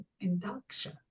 induction